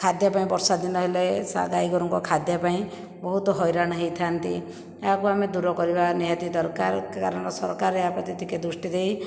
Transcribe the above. ଖାଦ୍ୟ ପାଇଁ ବର୍ଷା ଦିନ ହେଲେ ସେ ଗାଈଗୋରୁଙ୍କ ଖାଦ୍ୟ ପାଇଁ ବହୁତ ହଇରାଣ ହୋଇଥାନ୍ତି ଏହାକୁ ଆମେ ଦୂର କରିବା ନିହାତି ଦରକାର କାରଣ ସରକାର ଏହା ପ୍ରତି ଟିକିଏ ଦୃଷ୍ଟି ଦେଇ